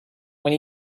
when